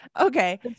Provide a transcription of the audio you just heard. Okay